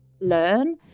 Learn